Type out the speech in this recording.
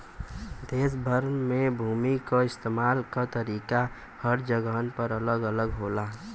देस भर में भूमि क इस्तेमाल क तरीका हर जगहन पर अलग अलग होला